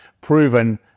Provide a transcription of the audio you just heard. proven